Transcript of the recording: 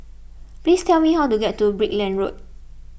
please tell me how to get to Brickland Road